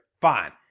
fine